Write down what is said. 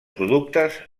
productes